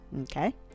okay